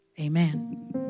Amen